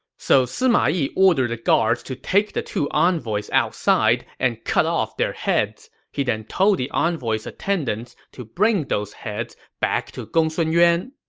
so sima yi ordered the guards to take the two envoys outside and cut off their heads. he then told the envoys' attendants to bring those heads back to gongsun yuan.